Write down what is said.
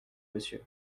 monsieur